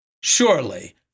Surely